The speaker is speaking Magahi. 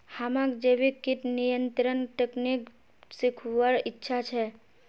हमाक जैविक कीट नियंत्रण तकनीक सीखवार इच्छा छ